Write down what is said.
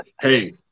hey